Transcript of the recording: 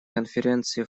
конференции